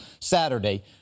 Saturday